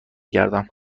گردم